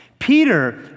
Peter